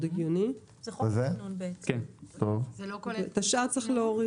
את השאר צריך להוריד.